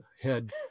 head